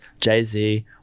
Jay-Z